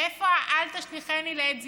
איפה ה"אל תשליכני לעת זקנה"?